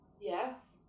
Yes